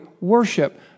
worship